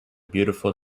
beautiful